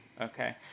Okay